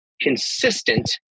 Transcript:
consistent